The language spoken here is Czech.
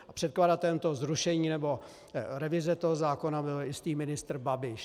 A předkladatelem zrušení nebo revize toho zákona byl jistý ministr Babiš.